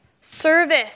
service